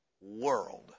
world